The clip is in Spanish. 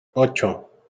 ocho